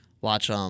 Watch—